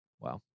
Wow